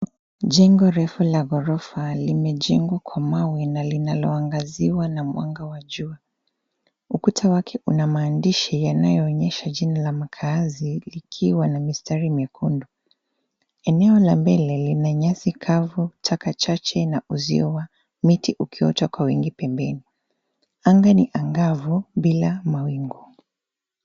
Jengo refu la ghorofa limejengwa kwa mawe na linalo angaziwa na mwanga wa juu. Ukuta wake una maandishi yanayo onyesha jina la makaazi likiwa na mistari miekundu. Eneo la mbele lina nyasi kavu, taka chache na uzio wa miti ukiota kwa wingi pembeni. Anga ni angavu bila mawingu.